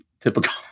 typical